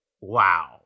wow